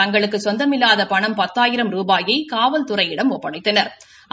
தங்களுக்கு சொந்தமில்லாத பணம் பத்தாயிரம் ரூபாயை காவல்துறையிடம் ஒப்படைத்தனா்